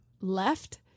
left